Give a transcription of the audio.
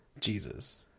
Jesus